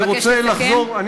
אני רוצה לחזור, אבקש לסכם.